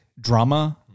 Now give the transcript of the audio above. drama